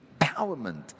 empowerment